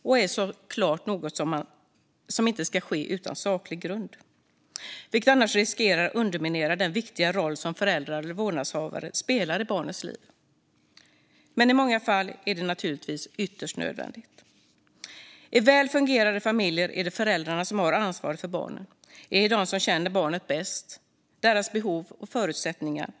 Det är såklart något som inte ska ske utan saklig grund, vilket skulle riskera att underminera den viktiga roll föräldrar och vårdnadshavare spelar i barnets liv. Men i många fall är det naturligtvis ytterst nödvändigt. I väl fungerande familjer är det föräldrarna som har ansvaret för barnen och är de som känner barnen och deras behov och förutsättningar bäst.